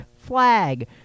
flag